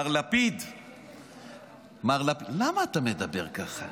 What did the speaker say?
מר לפיד, למה אתה מדבר ככה?